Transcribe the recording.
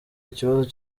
ikibazo